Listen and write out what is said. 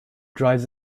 drives